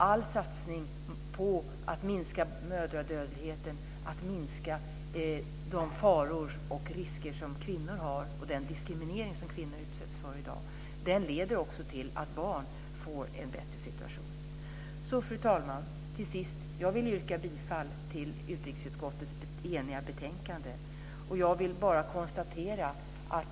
All satsning på att minska mödradödligheten, att minska de faror, risker och den diskriminering som kvinnor utsätts för i dag leder också till att barn får en bättre situation. Fru talman! Till sist yrkar jag bifall till hemställan i utrikesutskottets eniga betänkande.